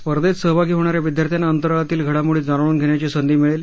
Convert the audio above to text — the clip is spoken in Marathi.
स्पर्धेत सहभागी होणा या विद्यार्थ्यांना अंतराळामधील घ्रडामोडी जाणून घेण्याची संधी मिळेल